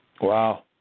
Wow